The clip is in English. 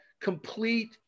complete